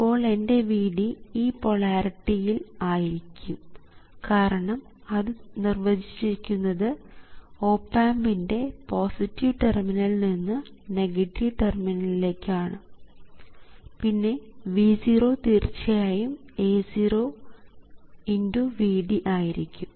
ഇപ്പോൾ എൻറെ Vd ഈ പൊളാരിറ്റി യിൽ ആയിരിക്കും കാരണം അത് നിർവചിച്ചിരിക്കുന്നത് ഓപ് ആമ്പിൻറെ പോസിറ്റീവ് ടെർമിനലിൽ നിന്ന് നെഗറ്റീവ് ടെർമിനലിലേക്ക് ആണ് പിന്നെ V0 തീർച്ചയായും A0 x Vd ആയിരിക്കും